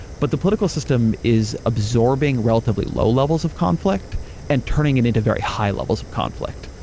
but the political system is absorbing relatively low levels of conflict and turning it into very high levels of conflict.